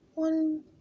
one